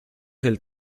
del